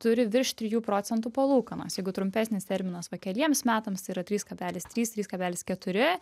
turi virš trijų procentų palūkanos jeigu trumpesnis terminas va keliems metams tai yra trys kablelis trys trys kablelis keturi